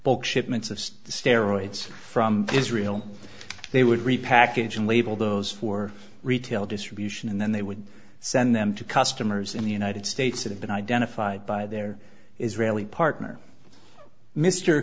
bulk shipments of steroids from israel they would repackage and label those for retail distribution and then they would send them to customers in the united states that have been identified by their israeli partner m